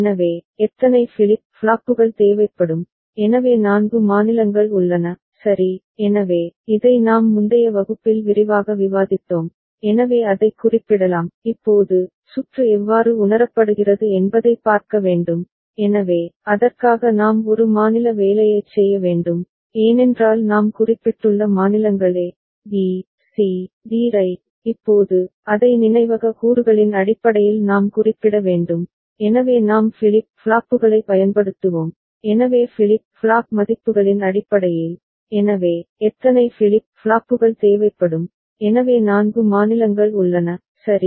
எனவே எத்தனை ஃபிளிப் ஃப்ளாப்புகள் தேவைப்படும் எனவே 4 மாநிலங்கள் உள்ளன சரி